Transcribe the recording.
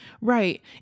Right